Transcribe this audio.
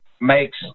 makes